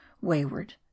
wayward